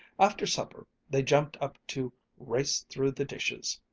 after supper they jumped up to race through the dishes,